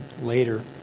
later